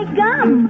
gum